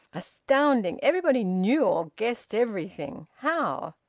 astounding! everybody knew or guessed everything! how?